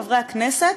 חברי הכנסת,